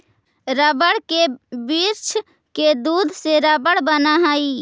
rubber के वृक्ष के दूध से रबर बनऽ हई